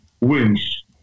wins